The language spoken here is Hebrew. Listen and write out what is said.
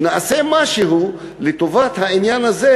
שנעשה משהו לטובת העניין הזה.